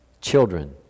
Children